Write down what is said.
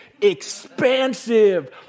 expansive